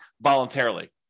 voluntarily